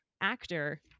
actor